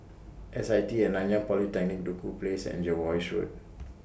S I T At Nanyang Polytechnic Duku Place and Jervois Road